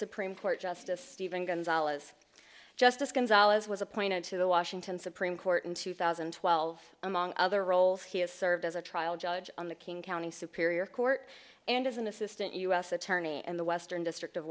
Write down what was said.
supreme court justice stephen gonzalez justice gonzalez was appointed to the washington supreme court in two thousand and twelve among other roles he has served as a trial judge on the king county superior court and as an assistant u s attorney in the western district of